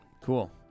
Cool